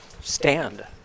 Stand